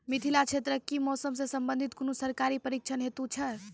मिथिला क्षेत्रक कि मौसम से संबंधित कुनू सरकारी प्रशिक्षण हेतु छै?